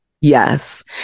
Yes